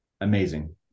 amazing